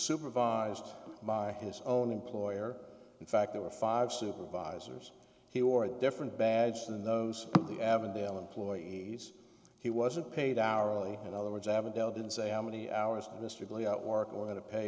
supervised by his own employer in fact there were five supervisors here or a different badge than those the avondale employees he wasn't paid hourly in other words avondale didn't say how many hours in a strictly out work were going to pay